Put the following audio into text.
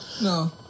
No